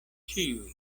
ĉiuj